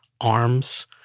Arms